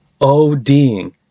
ODing